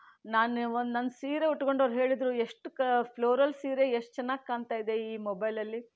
ನಾನು ಒಂದು ನಂದು ಸೀರೆ ಉಟ್ಕೊಂಡು ಅವರು ಹೇಳಿದರು ಎಷ್ಟಕ್ಕೆ ಫ್ಲೋರಲ್ ಸೀರೆ ಎಷ್ಟು ಚೆನ್ನಾಗಿ ಕಾಣ್ತಾಯಿದೆ ಈ ಮೊಬೈಲಲ್ಲಿ